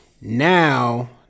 Now